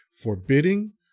forbidding